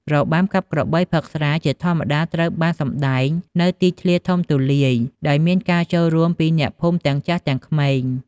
របាំកាប់ក្របីផឹកស្រាជាធម្មតាត្រូវបានសម្តែងនៅទីធ្លាធំទូលាយ ដោយមានការចូលរួមពីអ្នកភូមិទាំងចាស់ទាំងក្មេង។